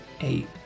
eight